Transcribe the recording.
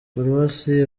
paruwasi